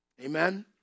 Amen